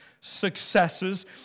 successes